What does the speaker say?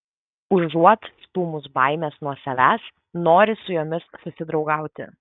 užuot stūmus baimes nuo savęs nori su jomis susidraugauti